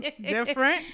different